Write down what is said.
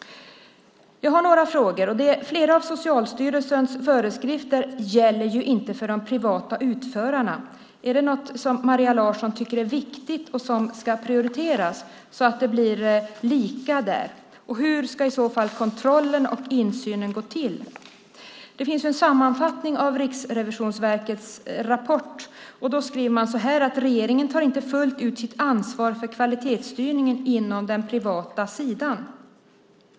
Jag har några frågor. Flera av Socialstyrelsens föreskrifter gäller ju inte för de privata utförarna. Är det något som Maria Larsson tycker är viktigt och som ska prioriteras så att det blir lika? Hur ska i så fall kontrollen och insynen gå till? Det finns en sammanfattning av Riksrevisionens rapport. Man skriver att regeringen inte fullt ut tar sitt ansvar för kvalitetsstyrningen på den privata sidan.